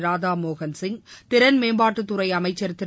ராதாமோகன் சிங் திறன் மேம்பாட்டுத்துறை அமைச்சன் திரு